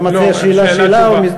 אתה מציע שאלה-שאלה או,